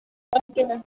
औ दे